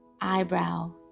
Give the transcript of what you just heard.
eyebrow